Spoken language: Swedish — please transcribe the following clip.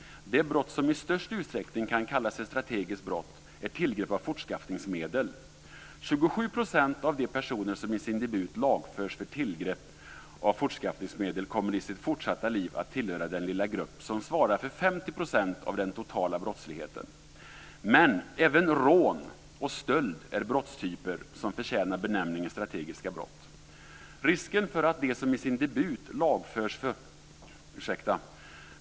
Det brott som i störst utsträckning kan kallas ett strategiskt brott är tillgrepp av fortskaffningsmedel. 27 % av de personer som i sin debut lagförs för tillgrepp av fortskaffningsmedel kommer i sitt fortsatta liv att tillhöra den lilla grupp som svarar för 50 % av den totala brottsligheten. Men även rån och stöld är brottstyper som förtjänar benämningen strategiska brott.